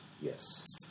Yes